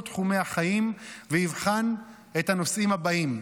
תחומי החיים ויבחן את הנושאים הבאים: